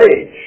age